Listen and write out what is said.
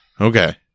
Okay